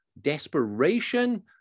desperation